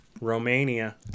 Romania